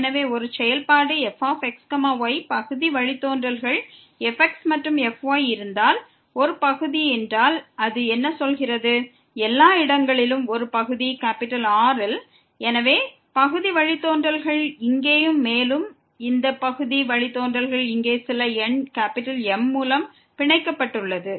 எனவே ஒரு செயல்பாட்டு fx yக்கு fx மற்றும் fy என்ற பகுதி வழித்தோன்றல்கள் இருந்தால் ஒரு பகுதி R முழுவதும் இருந்தால் இந்த பகுதி வழித்தோன்றல்கள் இங்கே ஒரு எண் M மூலம் பிணைக்கப்பட்டுள்ளன